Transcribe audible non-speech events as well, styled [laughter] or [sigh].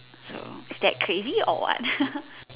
so is that crazy or what [laughs]